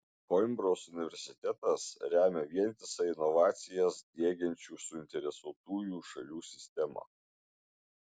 koimbros universitetas remia vientisą inovacijas diegiančių suinteresuotųjų šalių sistemą